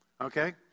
Okay